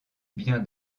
bien